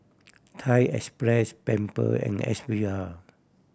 Thai Express Pamper and S V R